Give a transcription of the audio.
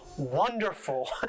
wonderful